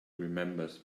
remembers